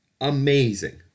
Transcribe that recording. amazing